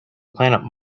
planet